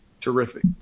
terrific